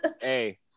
Hey